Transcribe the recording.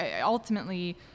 ultimately